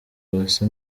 uwase